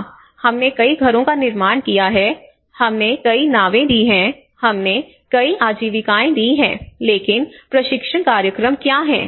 हां हमने कई घरों का निर्माण किया है हमने कई नावें दी हैं हमने कई आजीविकाएं दी हैं लेकिन प्रशिक्षण कार्यक्रम क्या हैं